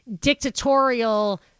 dictatorial